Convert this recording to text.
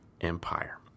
empire